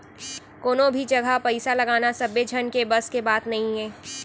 कोनो भी जघा पइसा लगाना सबे झन के बस के बात नइये